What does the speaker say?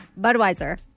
Budweiser